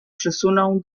przysunął